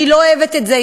אני לא אוהבת את זה,